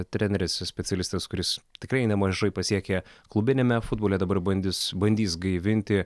treneris specialistas kuris tikrai nemažai pasiekė klubiniame futbole dabar bandys bandys gaivinti